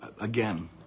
again